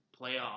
playoff